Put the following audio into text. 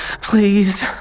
Please